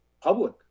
public